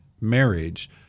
marriage